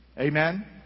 Amen